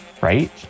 Right